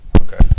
Okay